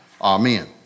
Amen